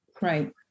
Right